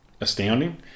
astounding